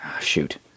shoot